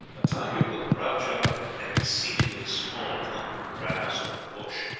a tiger will crouch up in an exceedingly small clump of grass or bush,